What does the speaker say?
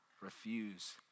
refuse